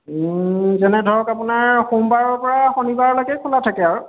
যেনে ধৰক আপোনাৰ সোমবাৰৰ পৰা শনিবাৰলৈকেই খোলা থাকে আৰু